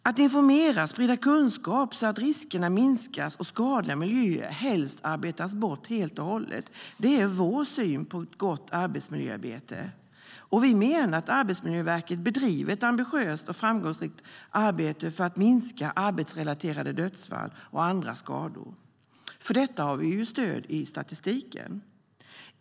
Att informera och sprida kunskap så att riskerna minskas och skadliga miljöer arbetas bort, helst helt och hållet, är vår syn på ett gott arbetsmiljöarbete. Vi menar att Arbetsmiljöverket bedriver ett ambitiöst och framgångsrikt arbete för att minska arbetsrelaterade dödsfall och andra skador. För detta har vi stöd i statistiken.